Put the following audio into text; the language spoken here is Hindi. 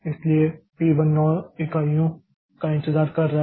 इसलिए पी 1 9 इकाइयों का इंतजार कर रहा है